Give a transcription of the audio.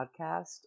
podcast